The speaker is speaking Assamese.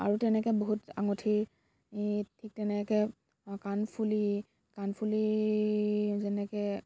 আৰু তেনেকৈ বহুত আঙুঠি ঠিক তেনেকৈ কাণফুলি কাণফুলি যেনেকৈ